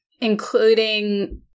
including